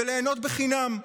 וליהנות בחינם.